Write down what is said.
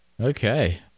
okay